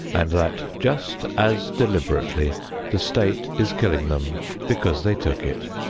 and that just as deliberately the state is killing them because they took it.